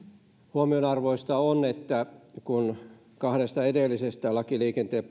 huomionarvoista on että kun käytiin keskustelua kahdesta edellisestä vaiheesta lain liikenteen